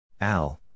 Al